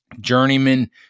journeyman